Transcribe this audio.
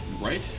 Right